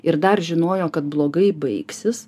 ir dar žinojo kad blogai baigsis